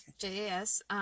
J-A-S